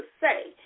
say